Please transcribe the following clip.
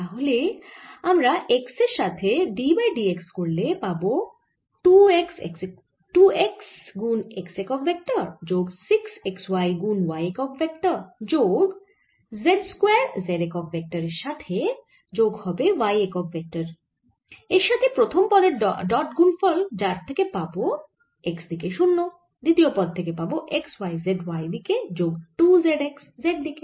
তাহলে আমরা x এর সাথে d by d x dot করলে পাবো 2 x x একক ভেক্টর যোগ 6 y z গুন y একক ভেক্টর যোগ z স্কয়ার z একক ভেক্টর এর সাথে যোগ হবে y একক ভেক্টর এর সাথে প্রথম পদের ডট গুণফল যার থেকে পাবো x দিকে 0 দ্বিতীয় পদ থেকে পাবো 6 x z y দিকে যোগ 2 z x z দিকে